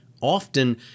often